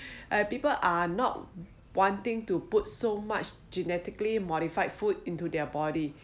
and people are not wanting to put so much genetically modified food into their body